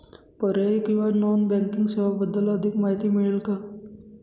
पर्यायी किंवा non banking सेवांबद्दल अधिक माहिती मिळेल का?